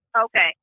okay